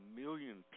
million